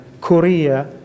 Korea